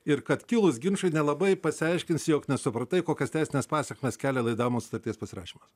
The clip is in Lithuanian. ir kad kilus ginčui nelabai pasiaiškinsi jog nesupratai kokias teisines pasekmes kelia laidavimo sutarties pasirašymas